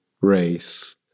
race